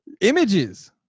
images